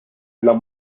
los